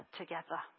together